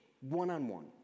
one-on-one